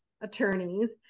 attorneys